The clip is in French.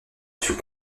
fut